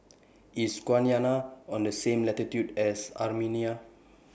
IS Guyana on The same latitude as Armenia